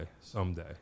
someday